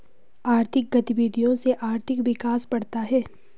आर्थिक गतविधियों से आर्थिक विकास बढ़ता है